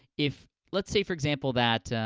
if, let's say, for example, that